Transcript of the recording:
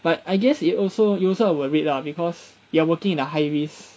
but I guess it also you also will worried lah because you are working in a high risk